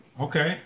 Okay